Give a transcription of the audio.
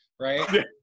right